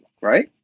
right